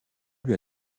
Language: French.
lui